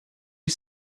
you